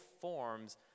forms